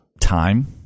time